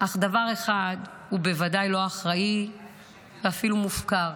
אך דבר אחד הוא בוודאי לא אחראי ואפילו מופקר: